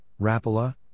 Rapala